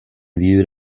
viewed